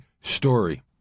story